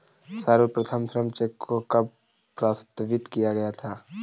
सर्वप्रथम श्रम चेक को कब प्रस्तावित किया गया था?